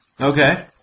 Okay